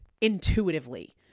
intuitively